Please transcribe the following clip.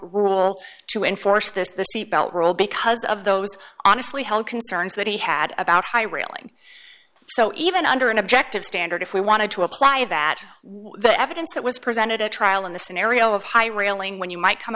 rule to enforce this seat belt roll because of those honestly held concerns that he had about high railing so even under an objective standard if we wanted to apply that the evidence that was presented at trial in the scenario of high railing when you might come